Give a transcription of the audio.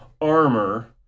armor